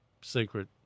secret